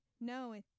No